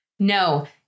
No